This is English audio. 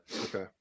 okay